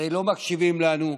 הרי לא מקשיבים לנו.